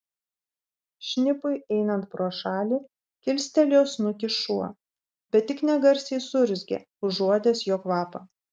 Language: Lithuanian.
šnipui einant pro šalį kilstelėjo snukį šuo bet tik negarsiai suurzgė užuodęs jo kvapą